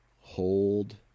hold